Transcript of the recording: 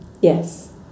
Yes